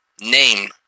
name